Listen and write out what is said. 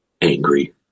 angry